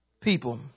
people